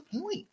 point